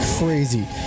Crazy